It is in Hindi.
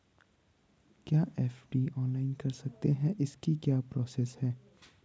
क्या एफ.डी ऑनलाइन कर सकते हैं इसकी क्या प्रोसेस है?